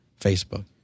Facebook